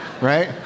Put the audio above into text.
right